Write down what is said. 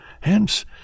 Hence